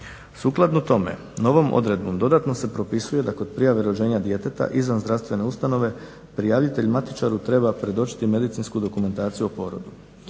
Sukladno tome novom odredbom dodatno se propisuje da kod prijave rođenja djeteta rođenog izvan zdravstvene ustanove prijavitelj matičaru treba predočiti medicinsku dokumentaciju o porodu.